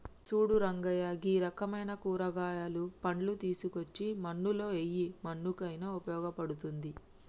సూడు రంగయ్య గీ రకమైన కూరగాయలు, పండ్లు తీసుకోచ్చి మన్నులో ఎయ్యి మన్నుకయిన ఉపయోగ పడుతుంది